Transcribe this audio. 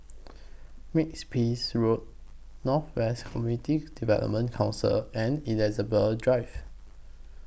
Makes Peace Road North West Community Development Council and Elizabeth Drive